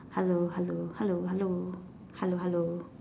hello hello hello hello hello hello